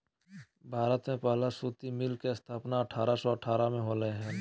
भारत में पहला सूती मिल के स्थापना अठारह सौ अठारह में होले हल